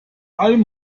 allem